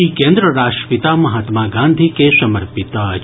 ई केंद्र राष्ट्रपिता महात्मा गांधी के समर्पित अछि